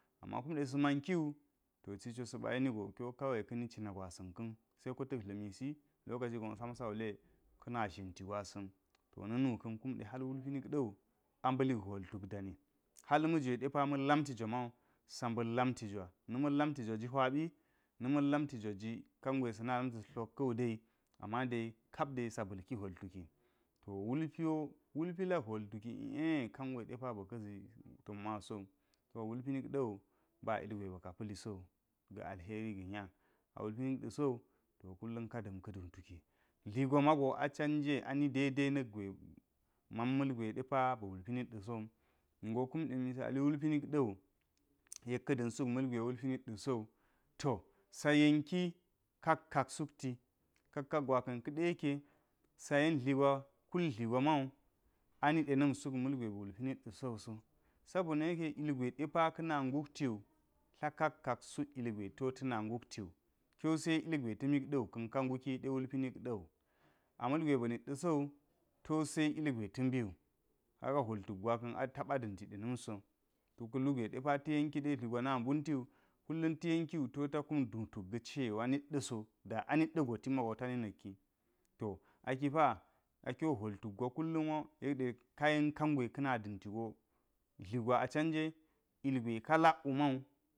Ama kume sa̱ mankiwu to sa̱ ɓa yeni go kiwo kawai kai ka̱ni cinagwasa̱ni, se ko ta̱k dlami gi lokaci gonwo sam sa wule ka̱na zhen ti gwasa̱n sa̱n. To na̱nukun kume wulpi nik ɗa̱wu a mɓa̱ lik hwol tuki dani. Hal magwe depa ma ma̱n lamtijwa mawu sa mba̱l lamtigwa na ma̱n lan tigwa ji hwabi, na ma̱n lamtijwaji kangwe sana lamti tas tlot ka̱wu de ama dde kap de sa balki hwol tuki. To wulpiwo, wulpi lak hwol tuki l’e kamawe ɗepa ba̱ ka̱zi tammasowu. So wulpi nik ɗa̱ ba ilgwe ba̱ ka pa̱li sowu ga̱ alheri ga̱ nya, a wulpi nik ɗa̱so to kullu ka da̱n ka̱ dwu tuki dli gwa mago a cange ani dede na̱k gwe, man malgwe depa aba̱ wulpi nid da̱go. Ningo kumde misali kume wulpi nik ɗawu, yek ka̱ da̱n suk malgwe wulpi nidda̱so, sa yenki kakka sukti kakka gwaka̱n kaɗe yeke sayen dligwa, kuldligwa mawu anidena̱m suk malgwe ba̱ wulpi nidɗa̱ soso. Sabo na yeke ilgwe depa kana nguk ti tla kakka guk ilgwe to tana nguk tiwu kiwo ge ilgwe ta̱ mik ɗa̱wu ka̱n ka nguki de wulpi nikda̱wu, a mal gwe ba̱ nidda̱ so to se ilgwe ta̱ mbiwu. Kaga hwol kuk gwaka̱n a taba da̱nti ɗena̱m so. Tu kalugwe de ta̱ yen kide tligwa na mbuntiwu, kullu ta̱ yen kiwu to ta kum duu tuk ga̱ cewa nidɗa̱ so da anidɗa̱go timaho tani na̱k ki. Akipa kiwo hwol tuk gwa kul lum wo yek ɗe ka yen kangwa ka̱ na da̱nti go dli gwa. Canje ilgwe ka lakwu mawu.